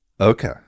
okay